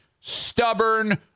stubborn